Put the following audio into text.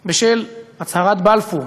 בשל הצהרת בלפור,